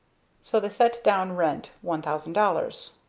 so they set down rent, one thousand dollars.